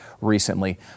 recently